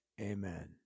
Amen